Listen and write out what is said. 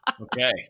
Okay